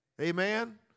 Amen